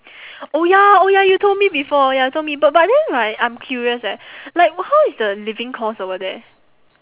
oh ya oh ya you told me before ya told me but but then right I'm curious eh like how is the living cost over there